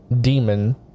demon